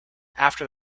after